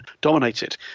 dominated